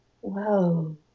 whoa